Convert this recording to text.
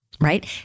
right